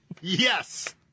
Yes